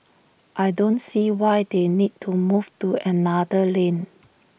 I don't see why they need to move to another lane